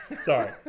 Sorry